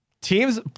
teams